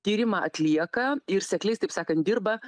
tyrimą atlieka ir sekliais taip sakant dirba